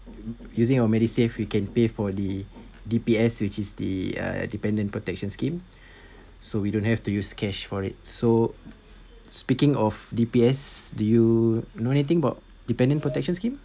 using your medisave you can pay for the D_P_S which is the uh dependent protection scheme so we don't have to use cash for it so speaking of D_P_S do you know anything about dependent protection scheme